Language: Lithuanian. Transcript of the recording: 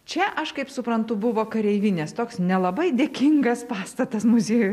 čia aš kaip suprantu buvo kareivinės toks nelabai dėkingas pastatas muziejui